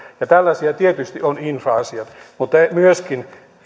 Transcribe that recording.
tällaisia tietysti ovat infra asiat mutta myöskin